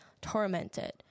tormented